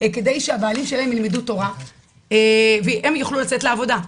כדי שהבעלים שלהן ילמדו תורה והן יוכלו לצאת לעבודה.